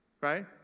Right